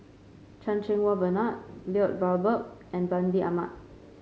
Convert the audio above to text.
Chan Cheng Wah Bernard Lloyd Valberg and Fandi Ahmad